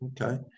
Okay